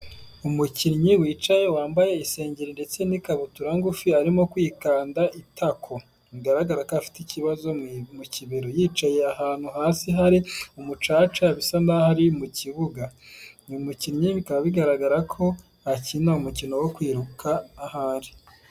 Umukinnyi wicaye wambaye isengeri ndetse n'ikabutura ngufi arimo kwikanda itako, bigaragara ko afite ikibazo mu kibero yicaye ahantu hasi hari umucaca bisa nkaho ari mu kibuga, uyu mukinnyi bikaba bigaragara ko akina umukino wo kwiruka ahari.